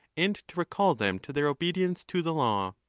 and to recall them to their obedience to the law.